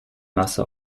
masse